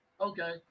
Okay